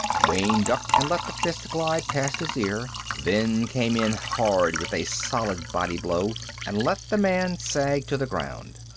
wayne ducked and let the fist glide past his ear, then came in hard with a solid body-blow and let the man sag to the ground.